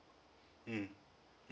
mm